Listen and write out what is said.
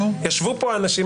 ישבו פה אנשים,